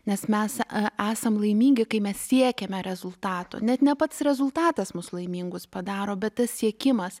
nes mes esam laimingi kai mes siekiame rezultato net ne pats rezultatas mus laimingus padaro bet tas siekimas